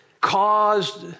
caused